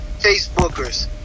Facebookers